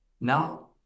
now